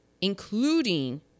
including